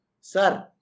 Sir